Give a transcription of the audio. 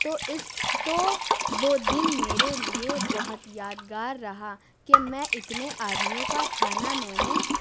تو اس تو وہ دن میرے لیے بہت یادگار رہا کہ میں اتنے آدمیوں کا کھانا میں نے